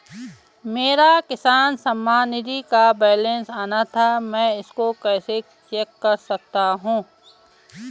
मेरा किसान सम्मान निधि का बैलेंस आना था मैं इसको कैसे चेक कर सकता हूँ?